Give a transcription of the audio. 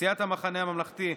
סיעת המחנה הממלכתי,